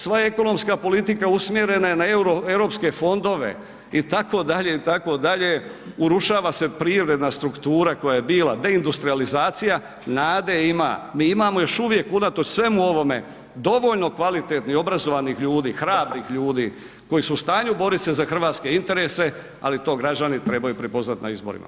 Sva ekonomska politika usmjerena je na Europske fondove itd., itd., urušava se privredna struktura koja je bila deindustralizacija, nade ima, mi imamo još uvijek unatoč svemu ovome dovoljno kvalitetnih i obrazovanih ljudi, hrabrih ljudi koji su u stanju boriti se za hrvatske interese, ali to građani trebaju prepoznati na izborima.